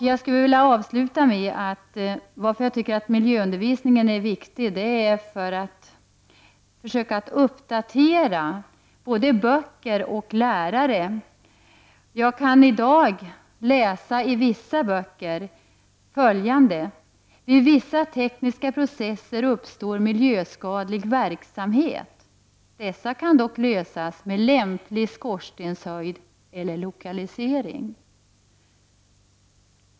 Jag tycker att miljöundervisningen är viktig, och man måste försöka att uppdatera både böcker och lärare. I dag kan man i vissa böcker läsa följande: Vid vissa tekniska processer uppstår miljöskadlig verksamhet. Detta kan dock lösas med lämplig skorstenshöjd eller lokalisering.